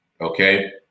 Okay